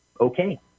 okay